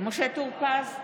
משה טור פז,